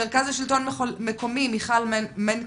מיכל מנקס,